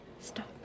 Stop